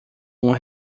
uma